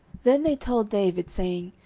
then they told david, saying,